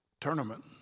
tournament